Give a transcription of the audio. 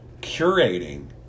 curating